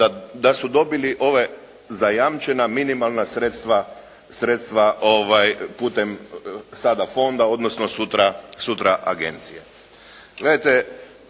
da su dobili ova zajamčena minimalna sredstva putem sada fonda odnosno sutra agencije.